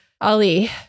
Ali